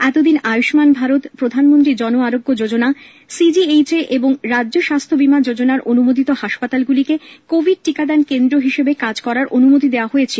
এতদিন আয়ুষ্মান ভারত প্রধানমন্ত্রী জন আরোগ্য যোজনা এবং রাজ্য স্বাস্থ্য বিমা যোজনা য় অনুমোদিত হাসপাতালকে কোভিড টিকাদান কেন্দ্র হিসেবে কাজ করার অনুমতি দেওয়া হয়েছিল